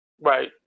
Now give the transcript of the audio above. Right